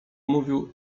mówił